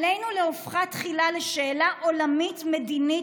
עלינו להופכה תחילה לשאלה עולמית-מדינית